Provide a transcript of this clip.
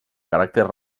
caràcter